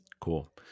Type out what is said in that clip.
Cool